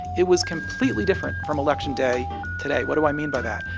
it was completely different from election day today what do i mean by that?